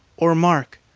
or mark,